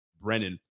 Brennan